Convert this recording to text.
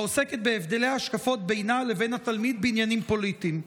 העוסקת בהבדלי ההשקפות בינה לבין התלמיד בעניינים פוליטיים.